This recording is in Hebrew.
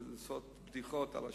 לעשות בדיחות על השם,